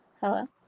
hello